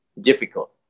difficult